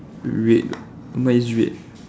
red mine is red